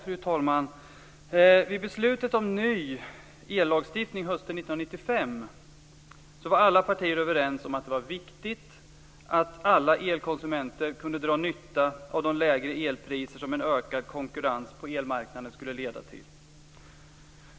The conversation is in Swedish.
Fru talman! Vid beslutet om ny ellagstiftning hösten 1995 var alla partier överens om att det var viktigt att alla elkonsumenter kunde dra nytta av de lägre elpriser som en ökad konkurrens på elmarknaden skulle leda till.